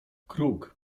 kruk